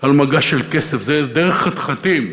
על מגש של כסף, זה דרך חתחתים.